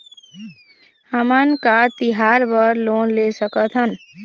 हमन का तिहार बर लोन ले सकथन?